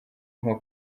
nko